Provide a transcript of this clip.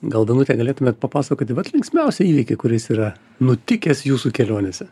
gal danutė galėtumėt papasakoti vat linksmiausią įvykį kuris yra nutikęs jūsų kelionėse